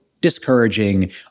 discouraging